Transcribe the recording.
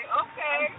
okay